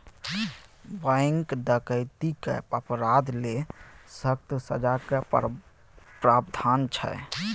bank डकैतीक अपराध लेल सक्कत सजाक प्राबधान छै